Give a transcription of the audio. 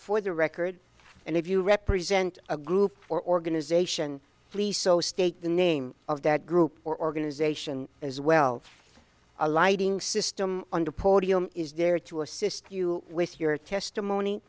for the record and if you represent a group or organization please so state the name of that group or organization as well a lighting system under podium is there to assist you with your testimony